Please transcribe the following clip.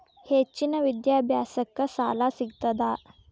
ಹೆಚ್ಚಿನ ವಿದ್ಯಾಭ್ಯಾಸಕ್ಕ ಸಾಲಾ ಸಿಗ್ತದಾ?